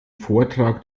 vortrag